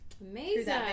amazing